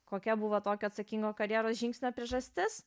kokia buvo tokio atsakingo karjeros žingsnio priežastis